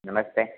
नमस्ते